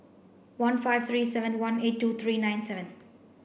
one five three seven one eight two three nine seven